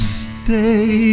stay